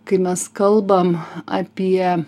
kai mes kalbam apie